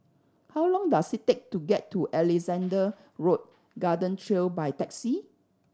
how long does it take to get to Alexandra Road Garden Trail by taxi